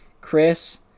Chris